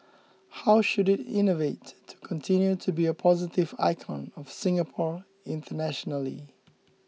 how should it innovate to continue to be a positive icon of Singapore internationally